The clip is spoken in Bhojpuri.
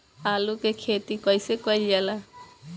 आलू की खेती कइसे कइल जाला?